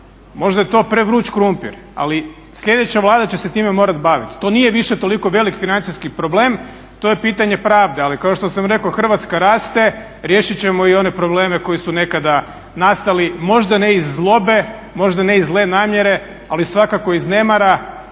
Možda je to prevruć krumpir, ali sljedeća Vlada će se time morati baviti. To nije više toliko velik financijski problem, to je pitanje pravde. Ali kao što sam rekao Hrvatska raste, riješit ćemo i one probleme koji su nekada nastali možda ne iz zlobe, možda ne iz zle namjere ali svakako iz nemara